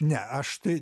ne aš tai